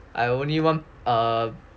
I only one err